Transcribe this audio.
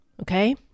okay